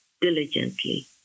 diligently